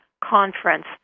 conference